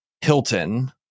Hilton